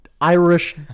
Irish